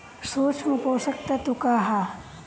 सूक्ष्म पोषक तत्व का ह?